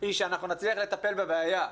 היא שאנחנו נצליח לטפל בבעיה.